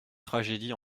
tragédie